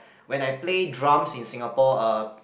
when I play drums in Singapore uh